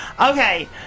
Okay